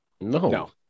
No